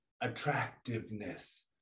attractiveness